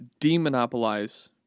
demonopolize